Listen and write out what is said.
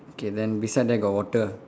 okay then beside there got water